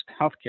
healthcare